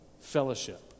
fellowship